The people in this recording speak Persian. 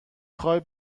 خوای